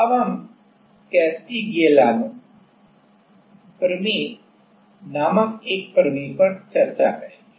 अब हम कैस्टिग्लिआनो प्रमेय Castiglianos theorem नामक एक प्रमेय की चर्चा करेंगे